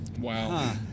Wow